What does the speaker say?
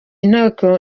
inteko